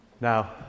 Now